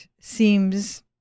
seems